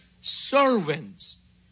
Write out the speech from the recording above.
servants